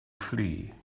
flee